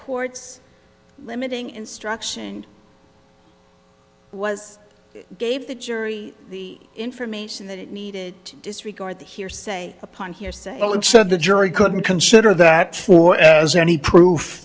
court's limiting instruction was gave the jury the information that it needed to disregard the hearsay upon hearsay and said the jury couldn't consider that as any proof